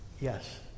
Yes